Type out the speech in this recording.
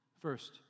First